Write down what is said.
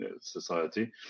society